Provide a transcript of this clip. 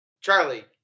Charlie